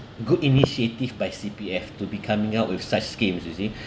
good initiative by C_P_F to be coming out with such schemes you see